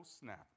snap